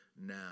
now